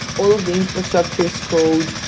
all of the infrastructure as code,